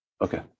Okay